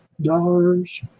dollars